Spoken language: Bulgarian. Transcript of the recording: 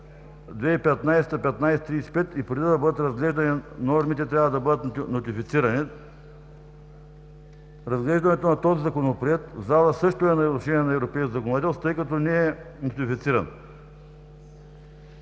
2015/1535 и преди да бъдат разгледани нормите, трябва да бъдат нотифицирани. Разглеждането на този Законопроект в залата също е в нарушение на европейското законодателство, тъй като не е нотифициран.